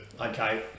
okay